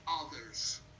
others